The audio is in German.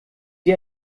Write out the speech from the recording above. sie